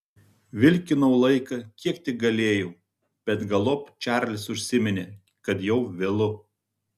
vilkinau laiką kiek tik galėjau bet galop čarlis užsiminė kad jau vėlu